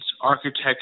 architecture